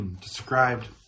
described